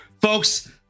folks